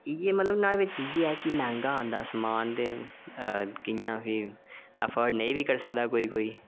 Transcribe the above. इ यै की न्हाड़ै बिच इ'यै कि मैहंगा आंदा समान कि'यां प्ही एफर्ड नेईं बी करी सकदा कोई कोई